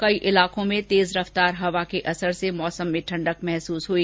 कई इलाकों में तेज रफ्तार हवा के असर से मौसम में ठंडक महसूस हुई